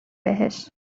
بهش